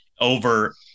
Over